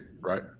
right